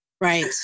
right